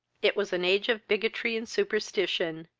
it was an age of bigotry and superstition,